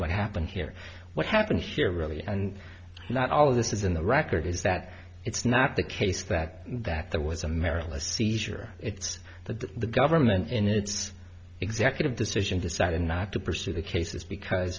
what happened here what happened here really and not all of this is in the record is that it's not the case that that there was a maryla seizure it's the the government in its executive decision decided not to pursue the cases because